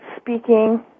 speaking